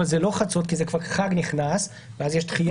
אבל זה לא חצות כי כבר חג נכנס ואז יש דחייה.